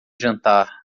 jantar